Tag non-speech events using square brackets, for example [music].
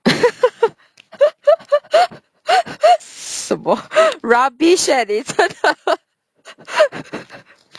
[laughs] 什么 rubbish eh 你